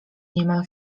niemal